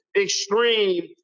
extreme